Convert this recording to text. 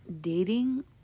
dating